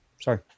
Sorry